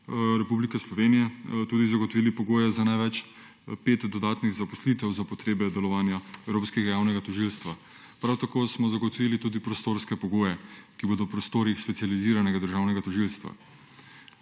Republike Slovenije tudi zagotovili pogoje za največ pet dodatnih zaposlitev za potrebe delovanja Evropskega javnega tožilstva. Prav tako smo zagotovili tudi prostorske pogoje, ki bodo v prostorih Specializiranega državnega tožilstva.